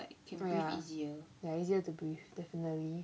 oh ya ya easier to breathe definitely